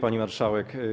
Pani Marszałek!